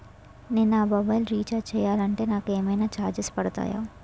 నేను నా mobile recharge చేయాలంటే నాకు ఏమైనా చార్జెస్ పడతాయా?